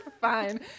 fine